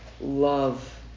love